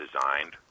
designed